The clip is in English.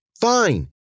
Fine